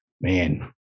man